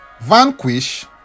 vanquish